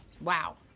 wow